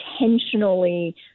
intentionally